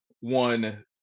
one